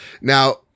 Now